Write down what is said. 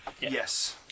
Yes